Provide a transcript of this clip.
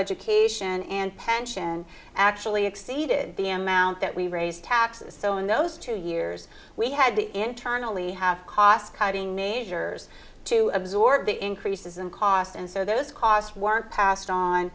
education and pension actually exceeded the amount that we raise taxes so in those two years we had the internally have cost cutting measures to absorb the increases in cost and so those costs weren't passed on